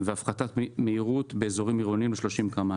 והפחתת מהירות באזורים עירוניים ל-30 קמ"ש.